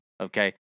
okay